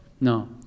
No